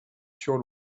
sur